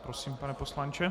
Prosím, pane poslanče.